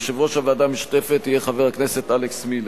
יושב-ראש הוועדה המשותפת יהיה חבר הכנסת אלכס מילר.